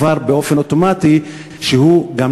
כבר באופן אוטומטי,